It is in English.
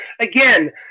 Again